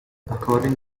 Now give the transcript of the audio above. according